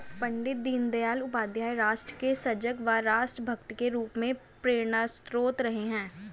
पण्डित दीनदयाल उपाध्याय राष्ट्र के सजग व राष्ट्र भक्त के रूप में प्रेरणास्त्रोत रहे हैं